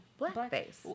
blackface